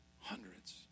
hundreds